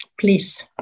please